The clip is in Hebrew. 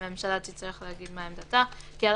הממשלה תצטרך לומר מה עמדתה - כי על